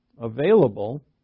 available